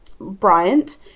Bryant